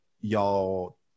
y'all